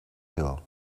hill